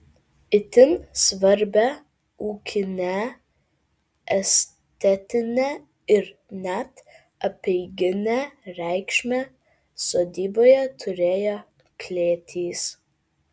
itin svarbią ūkinę estetinę ir net apeiginę reikšmę sodyboje turėjo klėtys